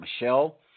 Michelle